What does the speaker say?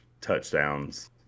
touchdowns